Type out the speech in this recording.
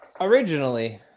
originally